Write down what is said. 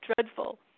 dreadful